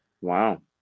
Wow